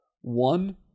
One